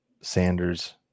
Sanders